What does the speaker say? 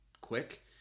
quick